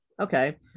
Okay